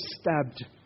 stabbed